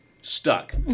stuck